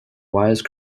wise